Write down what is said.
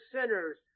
sinners